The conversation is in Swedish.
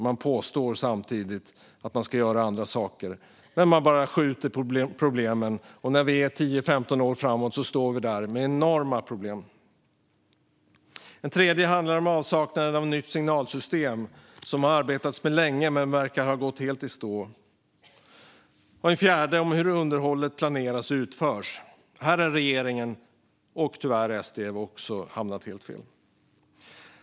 Man påstår samtidigt att man ska göra andra saker, men man skjuter bara fram problemen. Om 10-15 år står vi där med enorma problem. En tredje del handlar om avsaknaden av nytt signalsystem, något det har arbetats med länge men nu verkar ha gått helt i stå. En fjärde del handlar om hur underhållet planeras och utförs. Här har regeringen och tyvärr även SD hamnat helt fel.